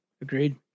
agreed